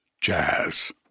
Jazz